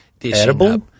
Edible